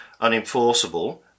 unenforceable